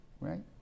right